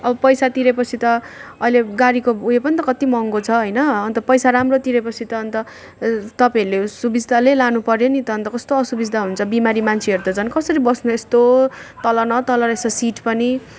अब पैसा तिरे पछि त अहिले गाडीको उयो पनि त कति महँगो छ होइन अन्त पैसा राम्रो तिरे पछि त अन्त एज तपाईँले सुबिस्ताले लानु पर्यो नि त अन्त कस्तो असुबिस्ता हुन्छ बिमारी मान्छेहरू त झन् कसरी बस्ने यस्तो तल न तल रहेछ सिट पनि